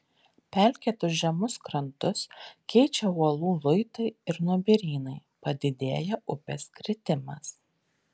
pelkėtus žemus krantus keičia uolų luitai ir nuobirynai padidėja upės kritimas